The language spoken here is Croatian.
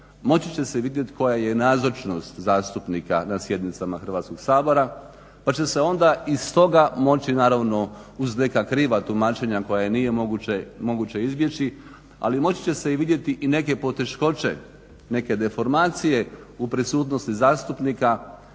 moći će se vidjeti koja je nazočnost zastupnika na sjednicama Hrvatskog sabora pa će se onda iz toga moći naravno uz neka kriva tumačenja koja nije moguće izbjeći, ali moći će se vidjeti i neke poteškoće, neke deformacije u prisutnosti zastupnika,